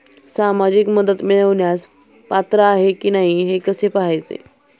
सामाजिक मदत मिळवण्यास पात्र आहे की नाही हे कसे पाहायचे?